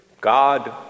God